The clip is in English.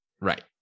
Right